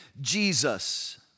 Jesus